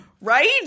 Right